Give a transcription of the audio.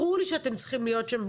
ברור שאתם צריכים להיות שם,